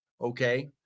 Okay